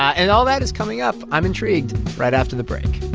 and all that is coming up i'm intrigued right after the break